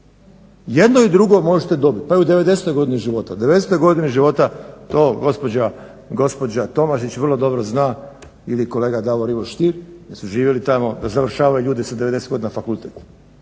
jedno i drugo možete dobiti pa i u 90.godini života. 90 godini života to gospođa Tomašić vrlo dobro zna ili kolega Davor Ivo Stier jer su živjeli tamo da su završavaju ljudi sa 90 godina fakultet